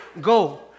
Go